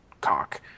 cock